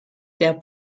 der